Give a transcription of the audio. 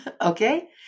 Okay